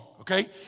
okay